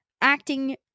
acting